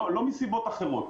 לא מסיבות אחרות.